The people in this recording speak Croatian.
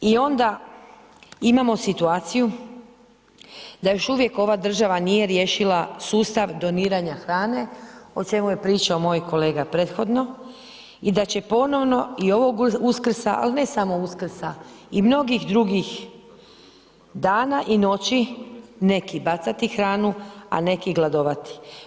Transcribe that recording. I onda imamo situaciju da još ova država nije riješila sustav doniranja hrane o čemu je pričao moj kolega prethodno i da će ponovno i ovog Uskrsa ali ne samo Uskrsa, i mnogih drugih dana i noći, neki bacati hranu a neki gladovati.